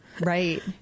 Right